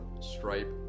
stripe